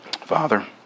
Father